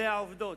אלה העובדות,